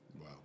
Wow